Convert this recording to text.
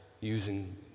using